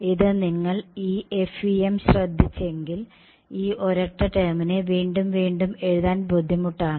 ഇത് നിങ്ങൾ ഈ FEM ശ്രദ്ധിച്ചെങ്കിൽ ഈ ഒരൊറ്റ ടേമിനെ വീണ്ടും വീണ്ടും എഴുതാൻ ബുദ്ധിമുട്ടാണ്